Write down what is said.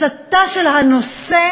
הסטה של הנושא